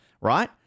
right